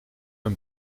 een